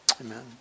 Amen